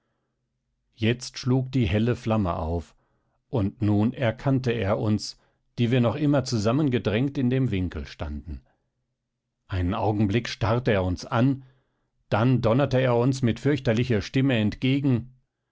jetzt schlug die helle flamme auf und nun erkannte er uns die wir noch immer zusammengedrängt in dem winkel standen einen augenblick starrte er uns an dann donnerte er uns mit fürchterlicher stimme entgegen